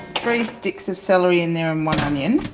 three sticks of celery in there and one onion,